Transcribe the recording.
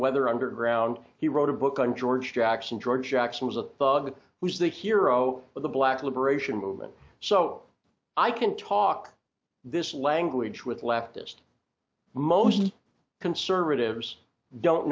weather underground he wrote a book on george jackson george jackson was a thug was the hero of the black liberation movement so i can talk this language with leftist most conservatives don't